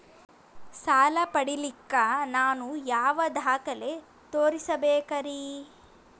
ಸಾಲ ಪಡಿಲಿಕ್ಕ ನಾನು ಯಾವ ದಾಖಲೆ ತೋರಿಸಬೇಕರಿ?